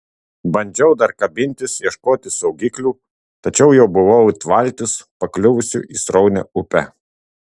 bandžiau dar kabintis ieškoti saugiklių tačiau jau buvau it valtis pakliuvusi į sraunią upę